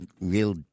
real